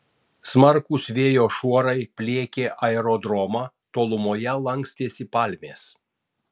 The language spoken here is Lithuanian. smarkūs vėjo šuorai pliekė aerodromą tolumoje lankstėsi palmės